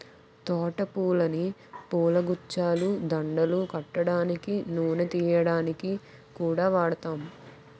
తోట పూలని పూలగుచ్చాలు, దండలు కట్టడానికి, నూనె తియ్యడానికి కూడా వాడుతాం